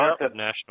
national